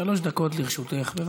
מה שאתם עושים זה בכייה לדורות.